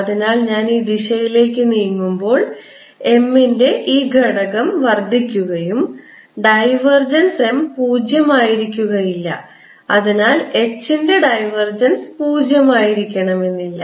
അതിനാൽ ഞാൻ ഈ ദിശയിലേക്ക് നീങ്ങുമ്പോൾ M ന്റെ ഈ ഘടകം വർദ്ധിക്കുകയും ഡ്രൈവർജൻസ് M പൂജ്യം ആയിരിക്കുകയില്ല അതിനാൽ H ൻറെ ഡൈവർജൻസ് പൂജ്യം ആയിരിക്കണമെന്നില്ല